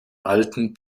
alten